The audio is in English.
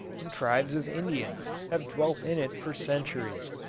and tribes of indians have dwelt in it for centuries,